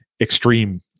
extreme